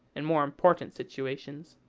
in more important situations.